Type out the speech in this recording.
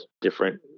different